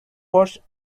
watched